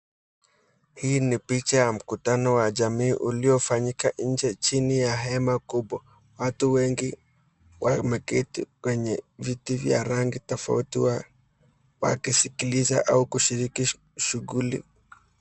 Hii ni picha ya mkutano wa jamii uliofanyika nje chini ya hema kubwa. Watu wengi wameketi kwenye viti vya rangi tofauti wakisikiliza au kushiriki shughuli.